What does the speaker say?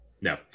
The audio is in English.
No